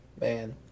Man